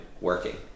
working